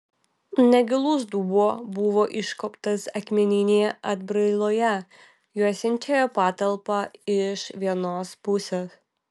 negilus dubuo buvo išskobtas akmeninėje atbrailoje juosiančioje patalpą iš vienos pusės